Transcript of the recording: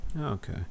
okay